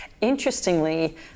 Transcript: Interestingly